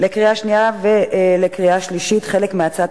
לקריאה שנייה ולקריאה שלישית חלק מהצעת